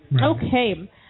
Okay